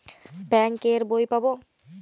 Bank এর বই পাবো?